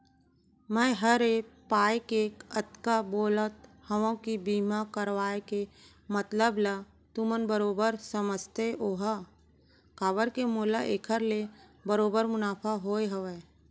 मैं हर ए पाय के अतका बोलत हँव कि बीमा करवाय के मतलब ल तुमन बरोबर समझते होहा काबर के मोला एखर ले बरोबर मुनाफा होय हवय